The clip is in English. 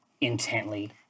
intently